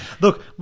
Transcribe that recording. Look